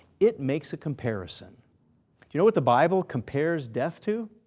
it makes a comparison. do you know what the bible compares death to?